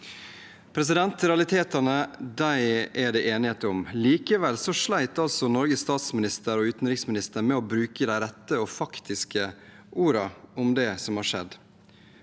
dagene. Realitetene er det enighet om. Likevel slet altså Norges statsminister og utenriksminister med å bruke de rette og faktiske ordene om det som har skjedd.